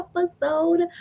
episode